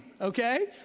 okay